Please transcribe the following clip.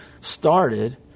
started